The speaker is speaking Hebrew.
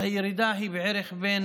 הירידה היא בערך בין